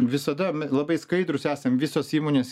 visada labai skaidrūs esam visos įmonės